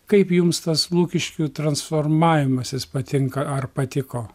kaip jums tas lukiškių transformavimasis patinka ar patiko